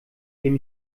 dem